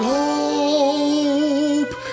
hope